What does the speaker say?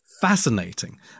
fascinating